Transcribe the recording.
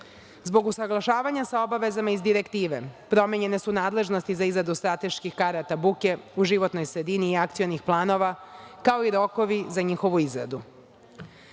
buke. Zbog usaglašavanja sa obavezama iz direktive, promenjene su nadležnosti za izradu strateških karata buke u životnoj sredini i akcionih planova, kao i rokovi za njihovu